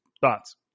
thoughts